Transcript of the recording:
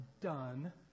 done